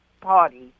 party